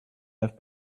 have